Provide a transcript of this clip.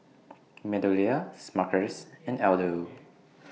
Meadowlea Smuckers and Aldo